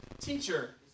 teacher